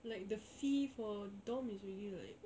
like the fee for dorm is already like